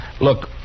Look